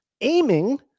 aiming